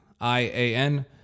I-A-N